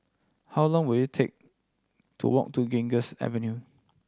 how long will it take to walk to Ganges Avenue